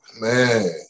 Man